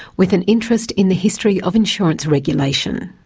with an interest in the history of insurance regulation.